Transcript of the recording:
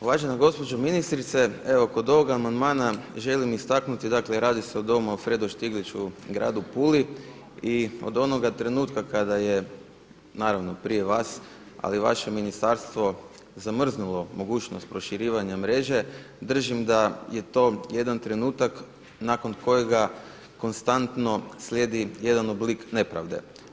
Uvažena gospođo ministrice evo kod ovog amandmana želim istaknuti dakle radi se o Domu Alfredo Štiglić u Gradu Puli i od onoga trenutka kada je naravno prije vas ali vaše ministarstvo zamrznulo mogućnost proširivanja mreže držim da je to jedan trenutak nakon kojega konstantno slijedi jedan oblik nepravde.